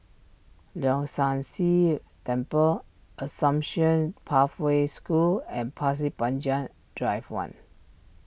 Leong San See Temple Assumption Pathway School and Pasir Panjang Drive one